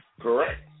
Correct